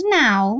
now